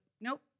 nope